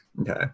okay